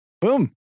Boom